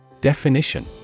Definition